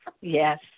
Yes